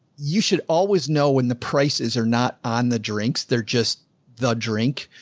you should always know when the prices are not on the drinks. they're just the drink.